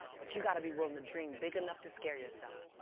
but you've got to be willing to dream big enough to scare yourself.